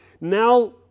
now